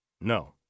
No